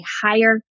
higher